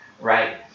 right